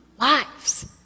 lives